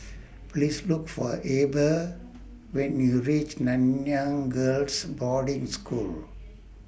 Please Look For Eber when YOU REACH Nanyang Girls' Boarding School